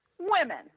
women